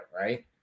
Right